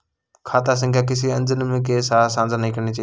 खाता संख्या किसी अजनबी के साथ साझा नहीं करनी चाहिए